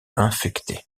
infecté